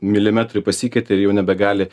milimetrai pasikeitė ir jau nebegali